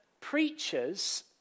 preachers